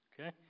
Okay